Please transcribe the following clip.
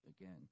again